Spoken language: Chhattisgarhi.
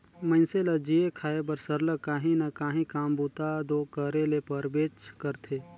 मइनसे ल जीए खाए बर सरलग काहीं ना काहीं काम बूता दो करे ले परबेच करथे